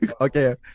okay